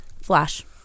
Flash